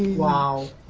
while